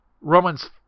Romans